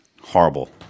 Horrible